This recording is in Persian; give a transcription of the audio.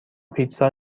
پیتزا